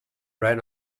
ran